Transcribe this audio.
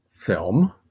film